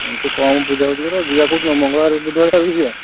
ହଁ ଟିକେ କମ୍ ବୁଝାବୁଝି କର ଯିବା କେଉଁ ଦିନ ମଙ୍ଗଳବାର ବୁଧବାର ଆଡ଼କୁ ଯିବା